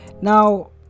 now